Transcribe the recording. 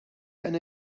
eine